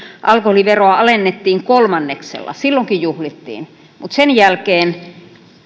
alkoholiveroa alennettiin kolmanneksella silloinkin juhlittiin mutta sen jälkeen